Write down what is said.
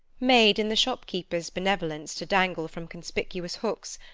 made, in the shopkeepers' benevolence to dangle from conspicuous hooks,